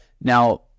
Now